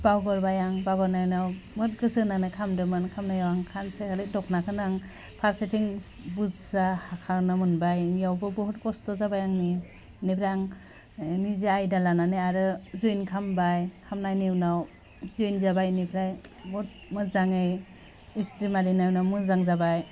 बावगारबाय आं बावगारनायनि उनाव बहुत गोसो होनानै खालामदोंमोन खालामनायाव आं सानसे ओरै दख'नाखौनो आं फारसेथिं बुरजा हाखानो मोनबाय बियावबो बहुत खस्थ' जाबाय आंनि बिनिफ्राय आं निजा आयदा लानानै आरो जयेन खालामबाय खालामनायनि उनाव जयेन जाबाय बिनिफ्राय बहुत मोजाङै इस्ट्रि मारिनायनि उनाव मोजां जाबाय